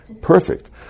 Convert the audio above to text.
perfect